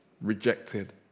rejected